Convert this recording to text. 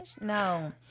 no